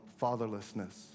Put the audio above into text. fatherlessness